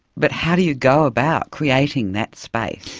but how do you go about creating that space?